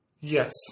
Yes